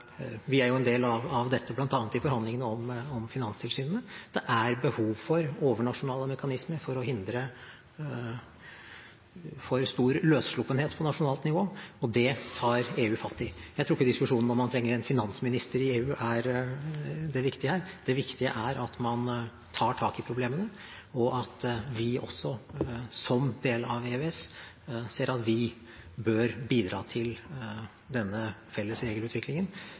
Vi er en del av dette, bl.a. i forhandlingene om finanstilsynene. Det er behov for overnasjonale mekanismer for å hindre for stor løssluppenhet på nasjonalt nivå, og det tar EU fatt i. Jeg tror ikke diskusjonen om man trenger en finansminister i EU, er det viktige her, det viktige er at man tar tak i problemene, og at også vi, som del av EØS, ser at vi bør bidra til denne felles regelutviklingen.